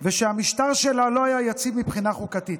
והמשטר שלה לא היה יציב מבחינה חוקתית.